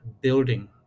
building